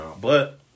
but-